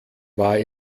war